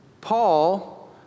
Paul